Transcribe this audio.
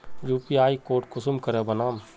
UPI code कुंसम करे बनाम?